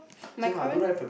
my current